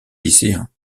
lycéens